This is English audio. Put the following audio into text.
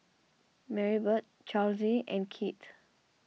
Marybeth Charlize and Kieth